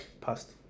past